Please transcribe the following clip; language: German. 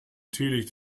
teelicht